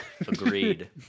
Agreed